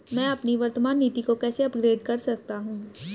मैं अपनी वर्तमान नीति को कैसे अपग्रेड कर सकता हूँ?